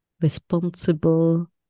responsible